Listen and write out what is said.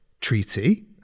treaty